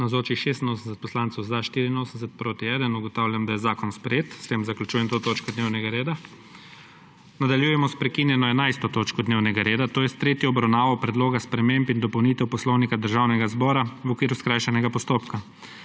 1. (Za je glasovalo 84.) (Proti 1.) Ugotavljam, da je zakon sprejet. S tem zaključujem to točko dnevnega reda. Nadaljujemo s prekinjeno 11. točko dnevnega reda, to je s tretjo obravnavo Predloga sprememb in dopolnitev Poslovnika Državnega zbora v okviru skrajšanega postopka.